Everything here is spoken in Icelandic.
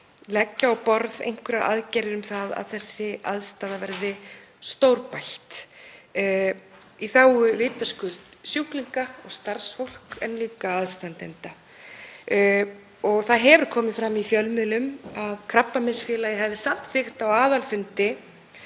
leggja á borð einhverjar aðgerðir um að þessi aðstaða verði stórbætt í þágu sjúklinga og starfsfólks en líka aðstandenda. Það hefur komið fram í fjölmiðlum að Krabbameinsfélagið hafi samþykkt á aðalfundi